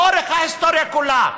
לאורך ההיסטוריה כולה,